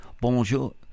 bonjour